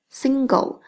single